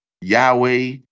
Yahweh